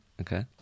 Okay